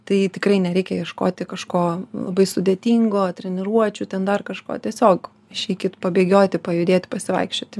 tai tikrai nereikia ieškoti kažko labai sudėtingo treniruočių ten dar kažko tiesiog išeikit pabėgioti pajudėt pasivaikščioti